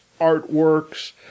artworks